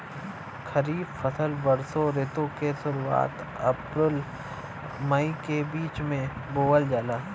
खरीफ फसल वषोॅ ऋतु के शुरुआत, अपृल मई के बीच में बोवल जाला